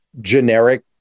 generic